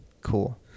Cool